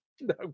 No